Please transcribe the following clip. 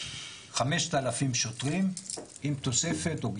5,000 שוטרים, עם תוספת או גיבוי.